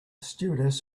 stewardess